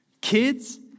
kids